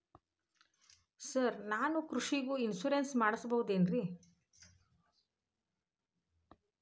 Sir ನಾನು ಕೃಷಿಗೂ insurance ಮಾಡಸಬಹುದೇನ್ರಿ?